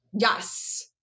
Yes